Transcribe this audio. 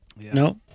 no